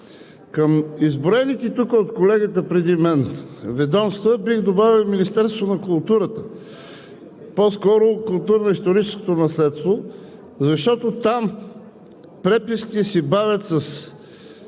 Към изброените тук от колегата преди мен ведомства бих добавил и Министерството на културата, по-скоро културно-историческото наследство, защото там преписки се бавят с